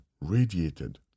radiated